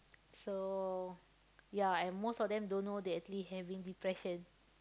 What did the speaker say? so ya and most of them don't know they actually having depression